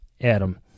Adam